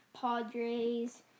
Padres